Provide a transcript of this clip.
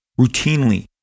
routinely